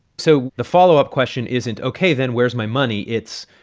so the follow-up question isn't, ok, then where's my money? it's,